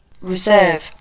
Reserve